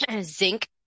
Zinc